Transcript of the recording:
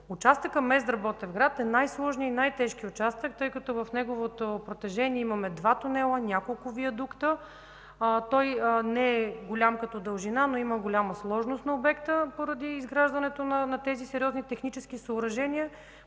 Участъкът Мездра – Ботевград е най-сложният и най-тежкият участък, тъй като в неговото протежение имаме два тунела, няколко виадукта. Той не е голям като дължина, но има голяма сложност на обекта поради изграждането на тези сериозни технически съоръжения